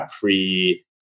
pre